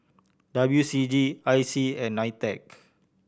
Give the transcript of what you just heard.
W C G I C and NITEC